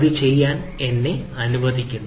അത് ചെയ്യാൻ എന്നെ അനുവദിക്കുന്നു